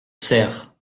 cère